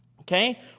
Okay